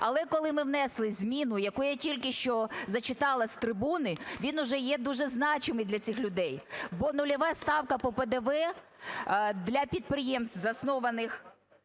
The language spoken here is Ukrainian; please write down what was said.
Але коли ми внесли зміну, яку я тільки що зачитала з трибуни, він вже є дуже значимий для цих людей. Бо нульова ставка по ПДВ для підприємств, заснованих